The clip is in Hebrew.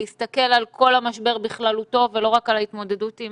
להסתכל על כל המשבר בכללותו ולא רק על ההתמודדות עם